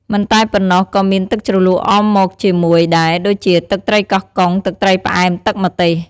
មិនតែប៉ុណ្ណោះ ក៏មានទឹកជ្រលក់អមមកជាមួយដែរ ដូចជា ទឹកត្រីកោះកុង ទឹកត្រីផ្អែម ទឹកម្ទេស។